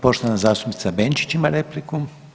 Poštovana zastupnica Benčić ima repliku.